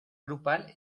grupal